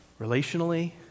relationally